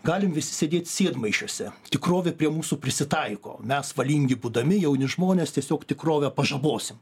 galim visi sėdėt sėdmaišiuose tikrovė prie mūsų prisitaiko mes valingi būdami jauni žmonės tiesiog tikrovę pažabosim